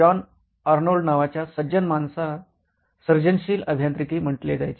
50 च्या दशकात John Arnold नावाच्या सज्जन माणसा सर्जनशील अभियांत्रिकी म्हटले जायचे